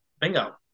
bingo